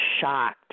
shocked